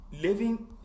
living